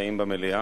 הנמצאים במליאה,